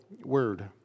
word